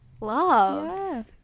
Love